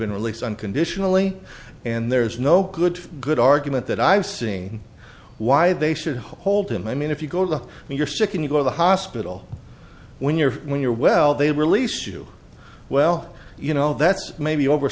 been released unconditionally and there's no good good argument that i've seen why they should hold him i mean if you go to when you're sick and you go to the hospital when you're when you're well they release you well you know that's maybe over